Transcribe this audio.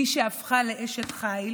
ובבית הוריה היו סליקים והוחבא אמל"ח של הפלמ"ח.